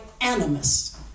animus